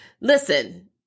listen